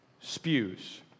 spews